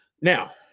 Now